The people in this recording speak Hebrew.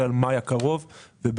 במאי הקרוב הרווחיות עדיין מאוזנת,